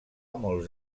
molts